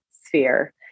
sphere